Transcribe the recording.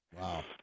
Wow